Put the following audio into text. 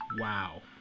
Wow